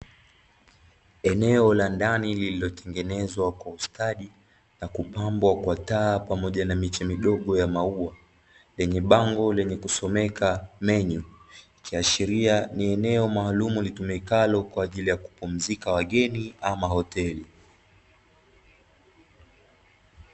Eneo la ndani lililotengenezwa kwa ustadi na kupambwa kwa taa pamoja na miche midogo ya maua, lenye bango lenye kusomeka menyu, ikiashiria ni eneo maalumu litumikalo kwa ajili ya kupumzika wageni ama hoteli.